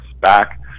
back